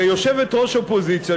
הרי יושבת-ראש אופוזיציה,